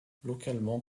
localement